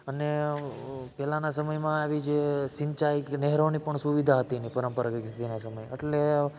અને પહેલાના સમયમાં આવી જે સિંચાઈ નહેરોની પણ સુવિધા હતી નહીં પરંપરાગત રીતે સમય એટલે